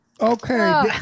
Okay